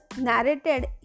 narrated